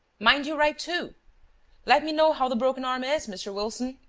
mind you write too let me know how the broken arm is, mr. wilson!